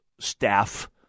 staff